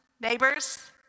Neighbors